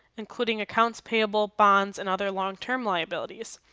including accounts payable bonds and other long term liabilities.